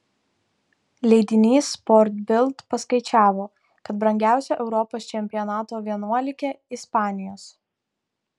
leidinys sport bild paskaičiavo kad brangiausia europos čempionato vienuolikė ispanijos